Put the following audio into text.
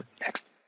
next